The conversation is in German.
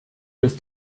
dass